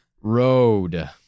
road